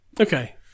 Okay